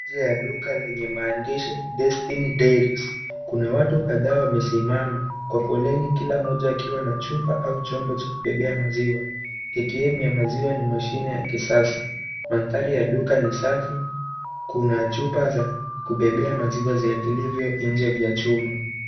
Nje ya duka lenye maandishi Destiny Dairies kuna watu kadhaa wamesimama kwa foleni kila moja akiwa na chupa au chombo cha kubebea maziwa. ATM ya maziwa ni mashine ya kisasa, mandhari ya duka ni safi kuna chupa za kubebea maziwa zilizo vilivyo nje vya chuma.